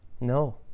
no